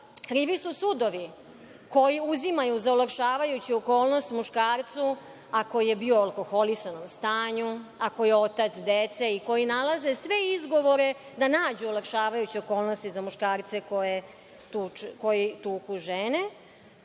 Krivi su sudovi koji uzimaju za olakšavajuću okolnost muškarcu ako je bio u alkoholisanom stanju, ako je otac dece i koji nalaze sve izgovore da nađu olakšavajuće okolnosti za muškarce koji tuku žene. Zbog